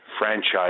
franchise